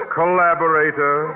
collaborator